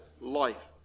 life